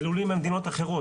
ולולים ממדינות אחרות.